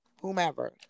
whomever